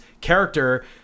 character